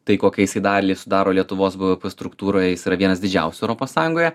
tai kokią jisai dalį sudaro lietuvos bvp struktūroj jis yra vienas didžiausių europos sąjungoje